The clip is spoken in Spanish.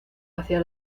hacia